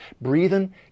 breathing